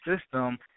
system